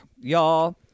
y'all